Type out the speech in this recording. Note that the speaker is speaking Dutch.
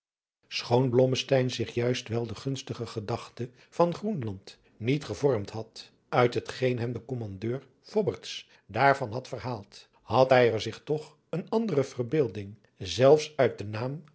blommesteyn zich juist wel de gunstigste gedachten van groenland niet gevormd had uit het geen hem de kommandeur fobberts daarvan had verhaald had hij er zich toch een andere verbeelding zelfs uit den naam